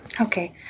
Okay